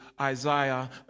Isaiah